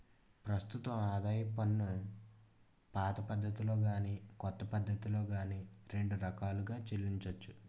ప్రస్తుతం ఆదాయపు పన్నుపాత పద్ధతిలో గాని కొత్త పద్ధతిలో గాని రెండు రకాలుగా చెల్లించొచ్చు